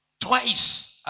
twice